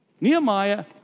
Nehemiah